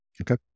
Okay